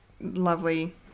lovely